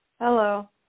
Hello